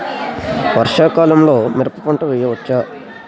వర్షాకాలంలో మిరప పంట వేయవచ్చా?